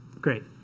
Great